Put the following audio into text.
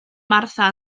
martha